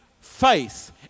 faith